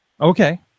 Okay